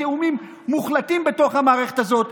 תיאומים מוחלטים בתוך המערכת הזאת,